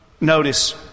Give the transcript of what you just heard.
Notice